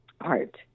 art